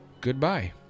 goodbye